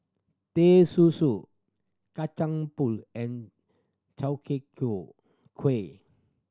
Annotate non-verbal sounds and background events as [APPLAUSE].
Teh Susu Kacang Pool and [UNINTELLIGIBLE] Chwee Kueh